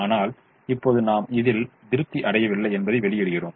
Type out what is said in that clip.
ஆனால் இப்போது நாம் இதில் திருப்தி அடையவில்லை என்பதை வெளியிடுகிறோம்